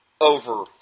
over